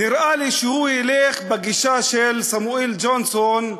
נראה לי שהוא ילך בגישה של סמואל ג'ונסון,